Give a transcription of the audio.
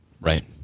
Right